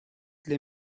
для